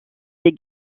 des